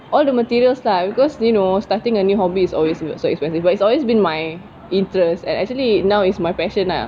all the materials lah because you know starting a new hobby is always so expensive but it's always been my interest and actually now is my passion ah